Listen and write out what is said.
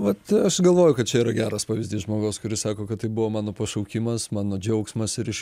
vat aš galvoju kad čia yra geras pavyzdys žmogaus kuris sako kad tai buvo mano pašaukimas mano džiaugsmas ir iš